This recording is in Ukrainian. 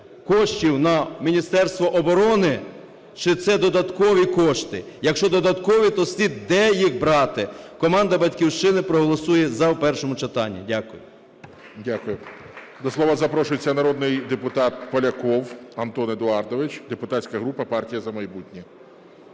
коштів на Міністерство оборони, чи це додаткові кошти. Якщо додаткові, то скажіть, де їх брати? Команда "Батьківщини" проголосує – за в першому читанні. Дякую. ГОЛОВУЮЧИЙ. Дякую. До слова запрошується народний депутат Поляков Антон Едуардович, депутатська група "Партія "За майбутнє".